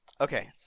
Okay